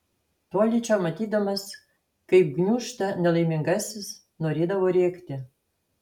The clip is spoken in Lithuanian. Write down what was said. tolydžio matydamas kaip gniūžta nelaimingasis norėdavo rėkti